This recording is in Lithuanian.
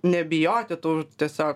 nebijoti tų tiesiog